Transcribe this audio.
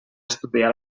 estudiar